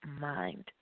mind